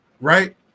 right